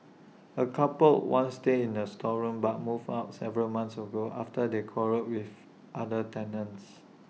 A couple once stayed in A storeroom but moved out Seven months ago after they quarrelled with other tenants